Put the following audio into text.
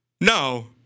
No